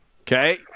Okay